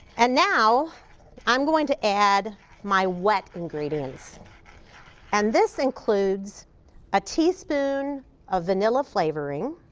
and now i'm going to add my wet ingredient s and this includes a teaspoon of vanilla flavoring